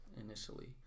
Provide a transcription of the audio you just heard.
initially